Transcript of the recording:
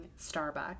Starbucks